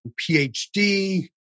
PhD